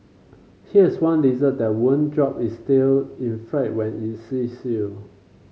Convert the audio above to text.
here's one lizard that won't drop its tail in fright when it sees you